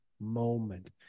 moment